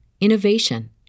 innovation